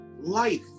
life